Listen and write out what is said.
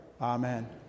Amen